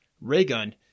Raygun